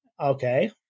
okay